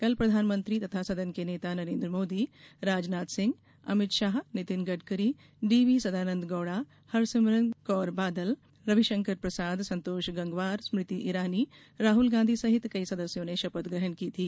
कल प्रधानमंत्री तथा सदन के नेता नरेन्द्र मोदी राजनाथ सिंह अमित शाह नितिन गडकरी डीवी सदानन्द गौड़ा हरसिमरत कौर बादल रविशंकर प्रसाद संतोष गंगवार स्मृति ईरानी राहुल गांधी सहित कई सदस्यों ने शपथ ग्रहण की थी